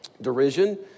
derision